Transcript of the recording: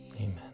Amen